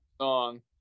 song